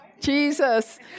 Jesus